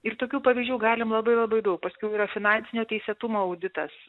ir tokių pavyzdžių galim labai labai daug paskiau yra finansinio teisėtumo auditas